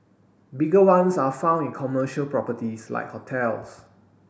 bigger ones are found in commercial properties like hotels